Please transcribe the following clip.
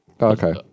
Okay